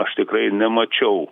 aš tikrai nemačiau